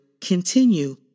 continue